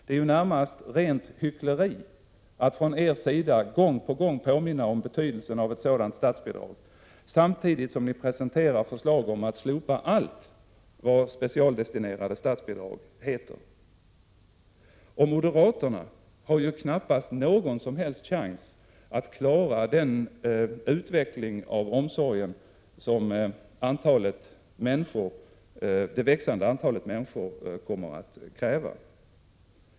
Det är närmast ett rent hyckleri från er sida att gång på gång påminna om betydelsen av ett sådant statsbidrag, samtidigt som ni presenterar förslag om att slopa allt vad specialdestinerade statsbidrag heter. Moderaterna har knappast någon som helst chans att klara den utveckling av omsorgen som det växande antalet äldre människor kommer att kräva.